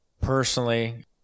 personally